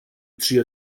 trio